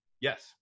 Yes